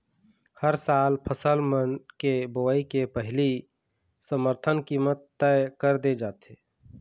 हर साल फसल मन के बोवई के पहिली समरथन कीमत तय कर दे जाथे